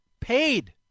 paid